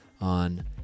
on